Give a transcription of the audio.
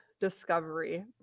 discovery